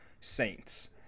Saints